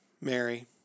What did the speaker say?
Mary